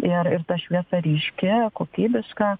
ir ir ta šviesa ryški kokybiška